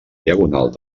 diagonal